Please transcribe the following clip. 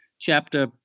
chapter